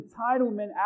entitlement